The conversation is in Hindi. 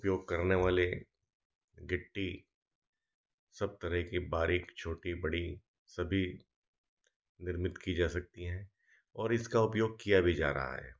उपयोग करने वाले गिट्टी सब तरह की बारीक छोटी बड़ी सभी निर्मित की जा सकती हैं और इसका उपयोग किया भी जा रहा है